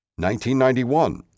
1991